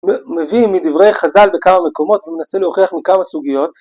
מביא מדברי חז"ל בכמה מקומות ומנסה להוכיח מכמה סוגיות.